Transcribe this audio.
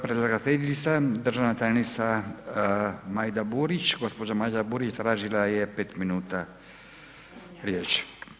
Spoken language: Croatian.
Predlagateljica, državna tajnica Majda Burić, gospođa Majda Burić tražila je pet minuta riječ.